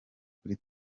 kuri